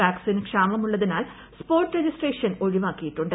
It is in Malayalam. വാക്സിൻ ക്ഷാമമുള്ളതിനാൽ സ്പോട്ട് രജിസ്ട്രേഷൻ ഒഴിവാക്കിയിട്ടുണ്ട്